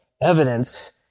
evidence